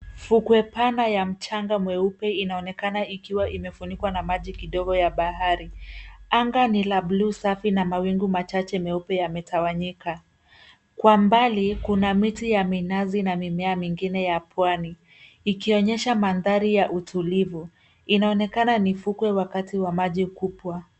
Vukwe pana ya mchanga mweupe inaonekana ikiwa imefunikwa na maji kidogo ya bahari. Anga ni la bluu safi na mawingu machache meupe yametawanyika. Kwa mbali kuna miti ya minazi na mimea mingine ya pwani ikionyesha mandhari ya utulivu. Inaonekana ni vukwe wakati wa maji kubwa.